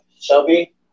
Shelby